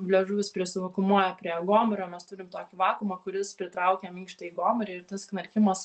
liežuvis prisivakuumuoja prie gomurio mes turim tokį vakuumą kuris pritraukia minkštąjį gomurį ir tas knarkimas